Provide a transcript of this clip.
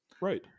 right